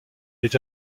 est